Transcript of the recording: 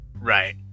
Right